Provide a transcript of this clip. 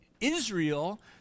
Israel